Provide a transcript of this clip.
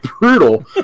brutal